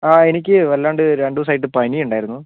ആ എനിക്ക് വല്ലാണ്ട് രണ്ട് ദിവസമായിട്ട് പനി ഉണ്ടായിരുന്നു